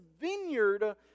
vineyard